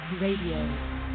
Radio